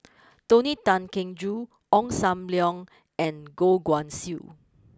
Tony Tan Keng Joo Ong Sam Leong and Goh Guan Siew